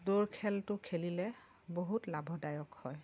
দৌৰ খেলটো খেলিলে বহুত লাভদায়ক হয়